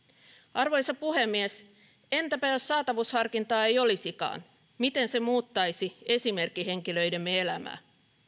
arvoisa puhemies entäpä jos saatavuusharkintaa ei olisikaan miten se muuttaisi esimerkkihenkilöidemme elämää